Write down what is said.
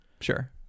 sure